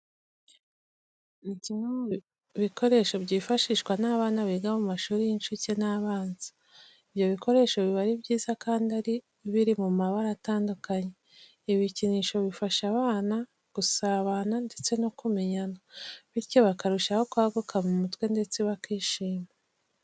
Ni kimwe mu bikoresho byifashishwa n'abana biga mu mashuri y'incuke n'abanza. Ibyo bikoresho biba ari byiza kandi biri mu mabara atandukanye. Ibi bikinisho bifasha abana gusabana ndetse no kumenyana bityo bakarushaho kwaguka mu mutwe ndetse bakishima.